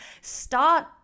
start